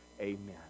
amen